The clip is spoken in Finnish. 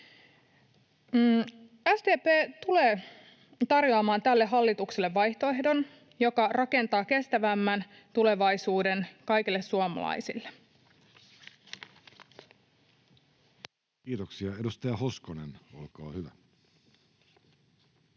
SDP tulee tarjoamaan tälle hallitukselle vaihtoehdon, joka rakentaa kestävämmän tulevaisuuden kaikille suomalaisille. [Speech 425] Speaker: